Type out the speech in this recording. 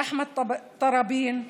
אחמד טראבין,